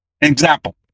Example